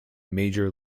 major